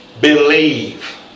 believe